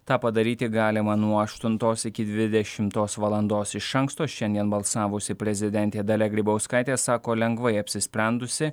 tą padaryti galima nuo aštuntos iki dvidešimtos valandos iš anksto šiandien balsavusi prezidentė dalia grybauskaitė sako lengvai apsisprendusi